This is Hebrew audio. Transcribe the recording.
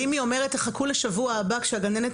היא יכולה לומר חכו לשבוע הבא כשהגננת